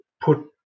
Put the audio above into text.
put